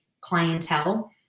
clientele